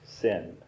sin